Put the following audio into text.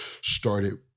started